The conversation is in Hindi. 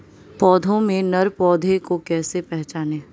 पौधों में नर पौधे को कैसे पहचानें?